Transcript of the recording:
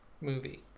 movie